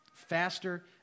faster